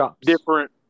different